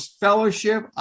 fellowship